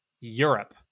Europe